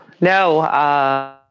no